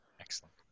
Excellent